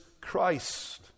Christ